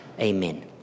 Amen